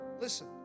listen